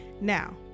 Now